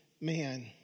man